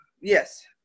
yes